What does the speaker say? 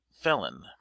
felon